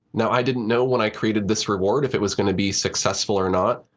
now i didn't know when i created this reward if it was going to be successful or not.